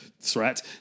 threat